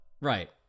Right